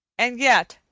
and yet,